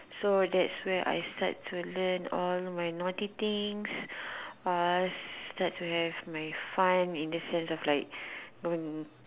so that's where I start to learn all my naughty things uh start to have my fun in the sense of like